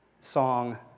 song